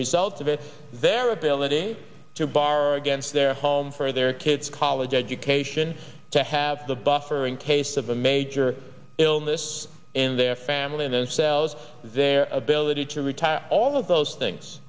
result of it their ability to borrow against their home for their kids college education to have the buffer in case of a major illness in their family and themselves their ability to retire all of those things